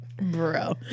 bro